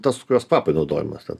tas kurios kvapui naudojamos ten